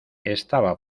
estaba